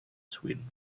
sweden